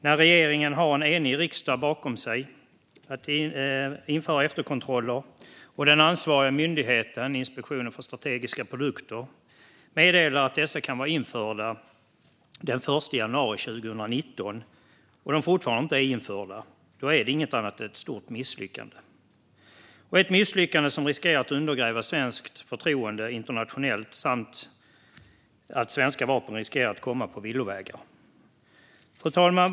När regeringen har en enig riksdag bakom sig när det gäller att införa efterkontroller och den ansvariga myndigheten, Inspektionen för strategiska produkter, meddelar att dessa kan vara införda den 1 januari 2019 men de fortfarande inte är införda är det inget annat än ett stort misslyckande. Och det är ett misslyckande som riskerar att undergräva svenskt förtroende internationellt och som gör att svenska vapen riskerar att komma på villovägar. Fru talman!